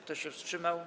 Kto się wstrzymał?